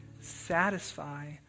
satisfy